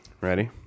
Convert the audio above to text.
Ready